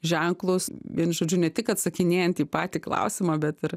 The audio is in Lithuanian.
ženklus vienu žodžiu ne tik atsakinėjant į patį klausimą bet ir